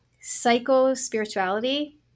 psycho-spirituality